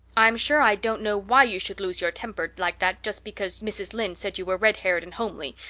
i'm sure i don't know why you should lose your temper like that just because mrs. lynde said you were red-haired and homely.